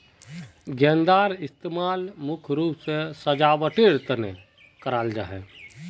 गेंदार इस्तेमाल मुख्य रूप से सजावटेर तने कराल जाहा